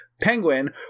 Penguin